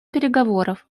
переговоров